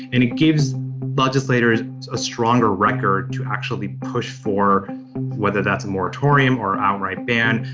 and it gives legislators a stronger record to actually push for whether that's a moratorium or outright ban.